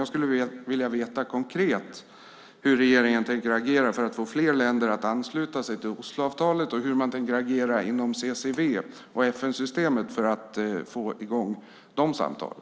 Jag skulle vilja veta hur regeringen konkret tänker agera för att få fler länder att ansluta sig till Osloavtalet och hur man tänker agera inom FN-systemet och CCW för att få i gång de samtalen.